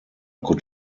could